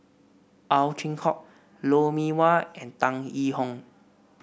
Ow Chin Hock Lou Mee Wah and Tan Yee Hong